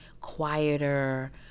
quieter